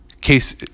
Case